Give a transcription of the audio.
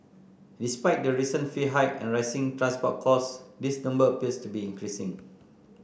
despite the recent fee hike and rising transport costs this number appears to be increasing